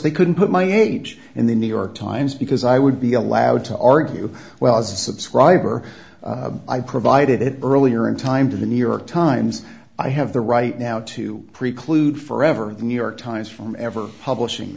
they couldn't put my age in the new york times because i would be allowed to argue well as a subscriber i provided it earlier in time to the new york times i have the right now to preclude forever the new york times from ever publishing